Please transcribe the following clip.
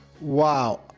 Wow